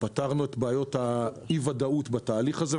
פתרנו את בעיות אי-הוודאות בתהליך הזה,